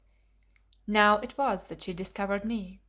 now it was that she discovered me.